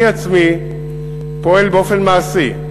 אני עצמי פועל באופן מעשי,